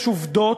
יש עובדות,